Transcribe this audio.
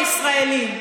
הישראלים,